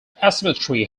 asymmetry